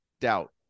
doubt